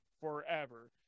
forever